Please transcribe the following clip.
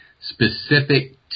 specific